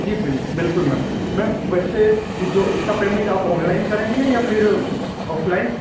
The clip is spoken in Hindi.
जी बिल्कुल मैम मैम वैसे जो इसका पेमेट आप ऑन लाइन करेंगे या फिर ऑफ़ लाइन